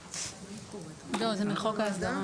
-- לא, זה מחוק ההסדרה.